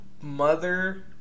mother